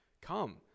come